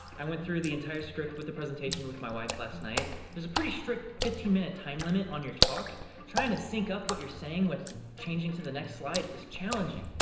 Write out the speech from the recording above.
i went through the entire script with the presentation with my wife last night there's a pretty strict fifteen minute time limit on your talk trying to sync up what you're saying what changing to the next slide is challenging?